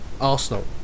Arsenal